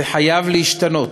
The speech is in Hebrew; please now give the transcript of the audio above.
זה חייב להשתנות,